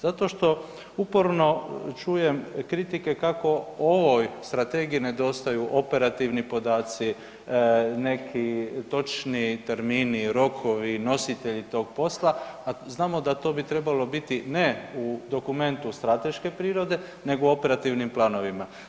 Zato što uporno čujem kritike kako ovoj Strategiji nedostaju operativni podaci, neki točni termini, rokovi, nositelji toga posla, a znamo da to bi trebalo biti ne u dokumentu strateške prirode nego u operativnim planovima.